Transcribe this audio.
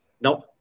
nope